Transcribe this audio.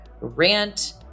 rant